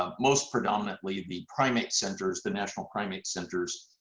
um most predominantly the primate centers, the national primate centers.